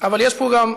יש פה גם,